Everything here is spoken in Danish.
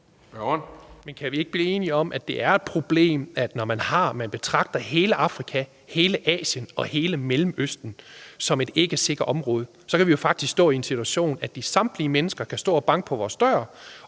Men kan vi ikke blive enige om, at det er et problem, når man betragter hele Afrika, hele Asien og hele Mellemøsten som et ikkesikkert område? Så kan vi jo faktisk stå i en situation, hvor samtlige mennesker kan stå og banke på vores dør,